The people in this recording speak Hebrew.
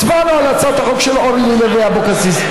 הצבענו על הצעת החוק של אורלי לוי אבקסיס,